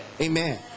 amen